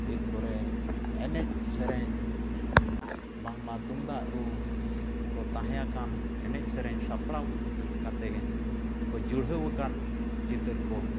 ᱵᱷᱤᱛ ᱠᱚᱨᱮᱫ ᱮᱱᱮᱡ ᱥᱮᱨᱮᱧ ᱵᱟᱝᱢᱟ ᱛᱩᱢᱫᱟᱜ ᱨᱩ ᱠᱚ ᱛᱟᱦᱮᱸᱭᱟᱠᱟᱱ ᱮᱱᱮᱡ ᱥᱮᱨᱮᱧ ᱥᱟᱯᱲᱟᱣ ᱠᱟᱛᱮᱫ ᱜᱮᱠᱚ ᱡᱩᱲᱦᱟᱹᱣ ᱟᱠᱟᱫ ᱪᱤᱛᱟᱹᱨ ᱠᱚ